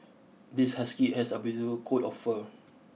this husky has a beautiful coat of fur